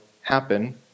happen